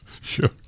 sure